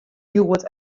hjoed